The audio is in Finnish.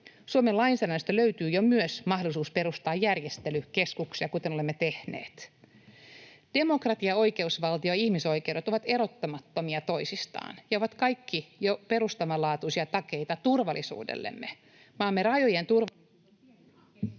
Suomen lainsäädännöstä löytyy jo myös mahdollisuus perustaa järjestelykeskuksia, kuten olemme tehneet. Demokratia, oikeusvaltio ja ihmisoikeudet ovat erottamattomia toisistaan ja ovat kaikki jo perustavanlaatuisia takeita turvallisuudellemme. Maamme rajojen turvallisuus on